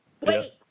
Wait